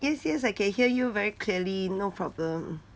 yes yes I can hear you very clearly no problem